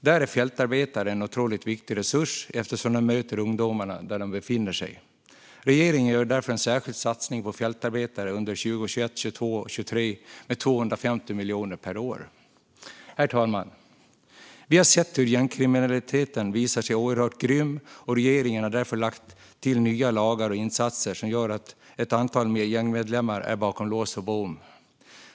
Där är fältarbetare en otroligt viktig resurs eftersom de möter ungdomarna där de befinner sig. Regeringen gör därför en särskild satsning på fältarbetare under 2021, 2022 och 2023 med 250 miljoner kronor per år. Herr talman! Vi har sett hur gängkriminaliteten har visat sig oerhört grym, och regeringen har därför sett till att nya lagar har stiftats och insatser gjorts som gör att ett antal fler gängmedlemmar är bakom lås och bom.